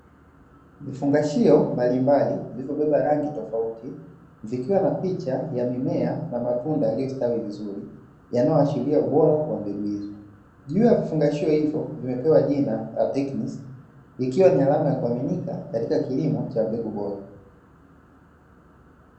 Vifungashio mbalimbali vilivyobeba rangi tofauti vikiwa na picha ya mimea na matunda yaliyostawi vizuri, yanayoashiria ubora wa mbegu hizo. Juu ya vifungashio hivyo vumepewa jina la "ateknisi" ikiwa ni alama ya kuaminika katika kilimo cha mbegu bora.